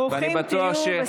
ברוכים תהיו.